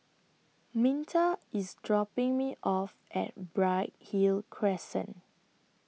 Minta IS dropping Me off At Bright Hill Crescent